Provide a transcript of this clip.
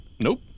Nope